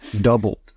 Doubled